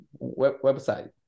website